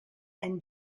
and